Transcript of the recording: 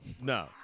No